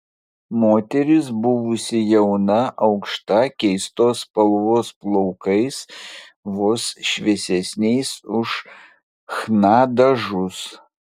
moteris buvusi jauna aukšta keistos spalvos plaukais vos šviesesniais už chna dažus